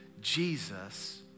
Jesus